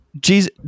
jesus